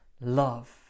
love